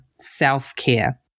Self-care